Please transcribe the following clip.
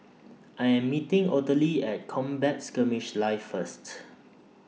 I Am meeting Ottilie At Combat Skirmish Live First